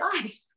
life